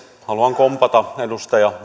haluan kompata edustaja